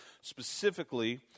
specifically